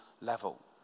level